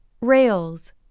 Rails